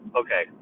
okay